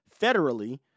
federally